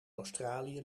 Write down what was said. australië